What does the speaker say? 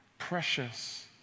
Precious